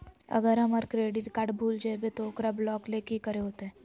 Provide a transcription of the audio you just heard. अगर हमर credit card भूल जइबे तो ओकरा ब्लॉक लें कि करे होते?